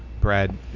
brad